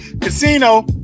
Casino